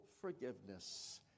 forgiveness